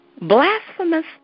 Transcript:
Blasphemous